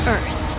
Earth